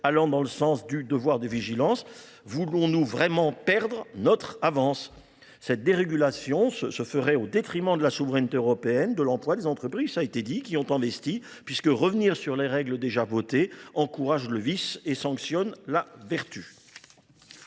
allant dans le sens du devoir de vigilance. Voulons-nous vraiment perdre notre avance ? Cette dérégulation se ferait au détriment de la souveraineté européenne, de l'emploi des entreprises qui ont investi, puisque revenir sur les règles déjà votées encourage le vice et sanctionne la vertu.